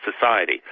society